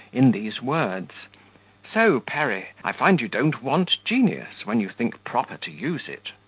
in these words so, perry! i find you don't want genius, when you think proper to use it.